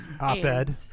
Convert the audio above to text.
Op-ed